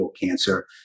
cancer